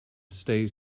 stays